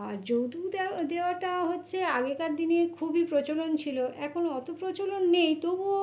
আর যৌতুক দেওয়া দেওয়াটা হচ্ছে আগেকার দিনে খুবই প্রচলন ছিলো এখন অতো প্রচলন নেই তবুও